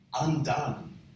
undone